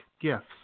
Gifts